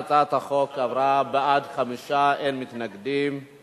(הארכת התקופה לזכאות למענק עבודה מועדפת לחיילי מילואים),